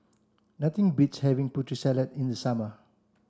nothing beats having Putri Salad in the summer